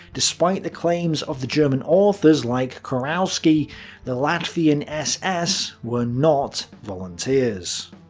despite the claims of the german authors like kurowski the latvian ss were not volunteers.